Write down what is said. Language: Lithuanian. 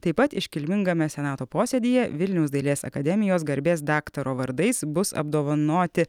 taip pat iškilmingame senato posėdyje vilniaus dailės akademijos garbės daktaro vardais bus apdovanoti